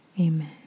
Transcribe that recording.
amen